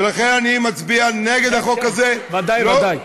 ולכן אני מצביע נגד החוק הזה, ודאי, ודאי.